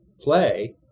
play